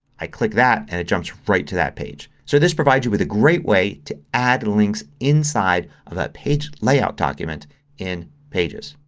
i click that and it jumps right to that page. so this provides you with a great way to add links inside of a page layout document in pages.